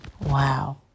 Wow